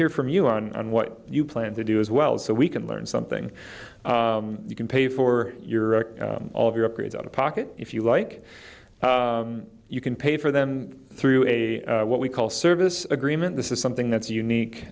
hear from you on what you plan to do as well so we can learn something you can pay for your all of your upgrade out of pocket if you like you can pay for them through a what we call service agreement this is something that's unique